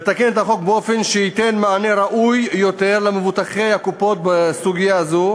לתקן את החוק באופן שייתן מענה ראוי יותר למבוטחי הקופות בסוגיה הזו.